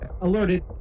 Alerted